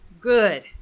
good